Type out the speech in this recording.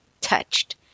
Touched